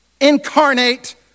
incarnate